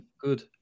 good